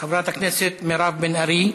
חברת הכנסת מירב בן ארי,